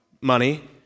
money